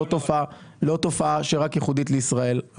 לא תופעה שהיא רק ייחודית לישראל,